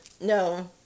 no